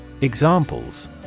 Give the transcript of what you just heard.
Examples